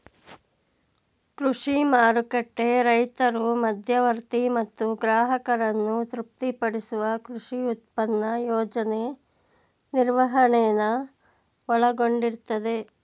ಕೃಷಿ ಮಾರುಕಟ್ಟೆ ರೈತರು ಮಧ್ಯವರ್ತಿ ಮತ್ತು ಗ್ರಾಹಕರನ್ನು ತೃಪ್ತಿಪಡಿಸುವ ಕೃಷಿ ಉತ್ಪನ್ನ ಯೋಜನೆ ನಿರ್ವಹಣೆನ ಒಳಗೊಂಡಿರ್ತದೆ